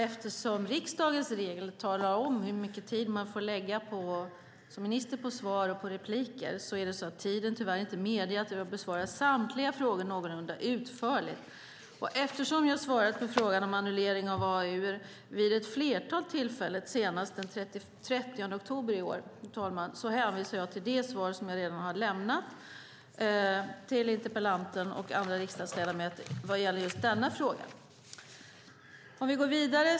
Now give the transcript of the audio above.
Eftersom riksdagens regler talar om hur mycket tid man som minister får lägga på svar och följande inlägg är det så att tiden tyvärr inte medger att jag besvarar samtliga frågor någorlunda utförligt. Eftersom jag har svarat på frågan om annullering av AAU:er vid ett flertal tillfällen, senast den 30 oktober i år, hänvisar jag till det svar som jag redan har lämnat till interpellanten och andra riksdagsledamöter vad gäller just denna fråga.